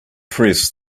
press